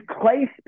Clay